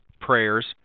prayers